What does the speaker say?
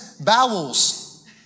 Bowels